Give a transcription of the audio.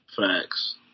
Facts